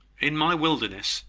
in my wilderness,